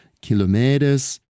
kilometers